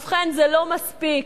ובכן, זה לא מספיק.